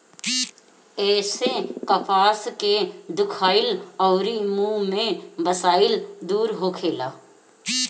एसे कपार के दुखाइल अउरी मुंह के बसाइल दूर होखेला